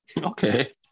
Okay